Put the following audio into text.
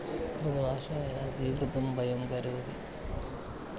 संस्कृतभाषा या आसीद् कृतं वयं करोति